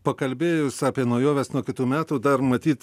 pakalbėjus apie naujoves nuo kitų metų dar matyt